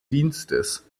dienstes